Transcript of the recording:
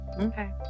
Okay